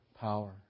power